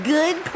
Good